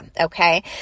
Okay